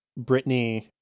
Britney